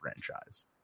franchise